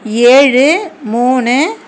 ஏழு மூணு